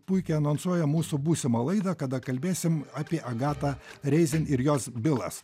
puikiai anonsuoja mūsų būsimą laidą kada kalbėsim apie agatą reizin ir jos bylas